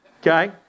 Okay